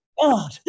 God